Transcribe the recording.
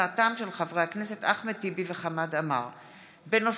חברי הכנסת אחמד טיבי וחמד עמאר בנושא: